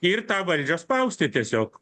ir tą valdžią spausti tiesiog